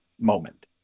moment